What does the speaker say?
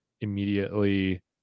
immediately